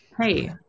Hey